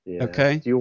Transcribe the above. Okay